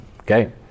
okay